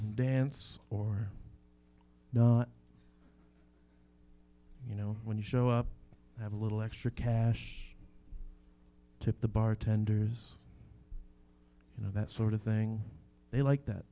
and dance or not you know when you show up and have a little extra cash to the bartenders you know that sort of thing they like that